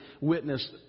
witnessed